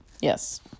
Yes